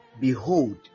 behold